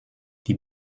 die